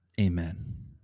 Amen